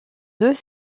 deux